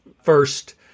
first